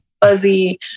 fuzzy